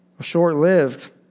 short-lived